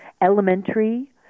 elementary